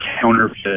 counterfeit